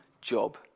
job